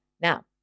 Now